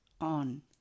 on